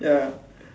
ya